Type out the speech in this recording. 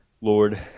Lord